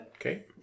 Okay